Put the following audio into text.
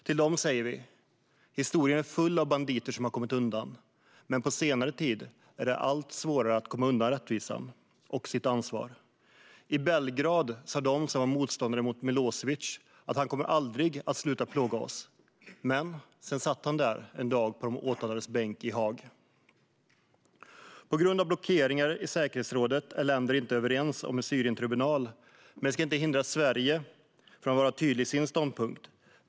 Till dem säger vi: Historien är full av banditer som har kommit undan, men på senare tid har det blivit allt svårare att komma undan rättvisan och sitt ansvar. I Belgrad sa de som var motståndare till Milosevic att han aldrig skulle komma att sluta plåga dem. Men en dag satt han där på de åtalades bänk i Haag. På grund av blockeringar i säkerhetsrådet är länder inte överens om en Syrientribunal, men det ska inte hindra oss i Sverige från att vara tydliga i vår ståndpunkt.